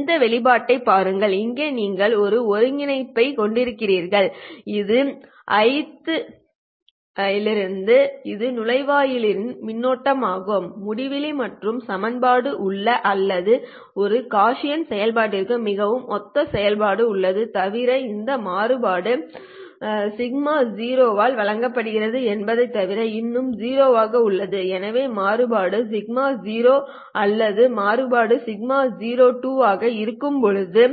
P1|012π02Ithe n02202dn0 இந்த வெளிப்பாட்டைப் பாருங்கள் இங்கே நீங்கள் ஒரு ஒருங்கிணைப்பைக் கொண்டிருக்கிறீர்கள் இது Ith இலிருந்து ஒரு நுழைவாயிலின் மின்னோட்டமாகும் ∞ மற்றும் சமன்பாடு உள்ளது அல்லது ஒரு காஸியன் செயல்பாட்டிற்கு மிகவும் ஒத்த செயல்பாடு உள்ளது தவிர இந்த மாறுபாடு σ0 ஆல் வழங்கப்படுகிறது என்பதைத் தவிர இன்னும் 0 ஆக உள்ளது எனவே மாறுபாடு σ0 அல்லது மாறுபாடு σ02 ஆக இருக்கும்போது